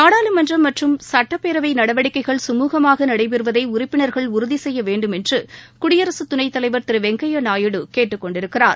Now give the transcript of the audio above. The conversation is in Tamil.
நாடாளுமன்றம் மற்றும் சட்டப்பேரவை நடவடிக்கைகள் சுமூகமாக நடைபெறுவதை உறுப்பினர்கள் உறுதி செய்ய வேண்டும் என்று குடியரசுத் துணைத் தலைவர் திரு வெங்கையா நாயுடு கேட்டுக் கொண்டிருக்கிறார்